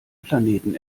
planeten